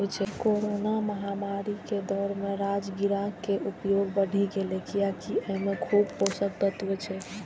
corona महामारी के दौर मे राजगिरा के उपयोग बढ़ि गैले, कियैकि अय मे खूब पोषक तत्व छै